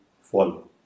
follow